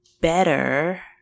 better